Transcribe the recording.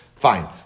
Fine